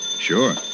Sure